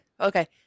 Okay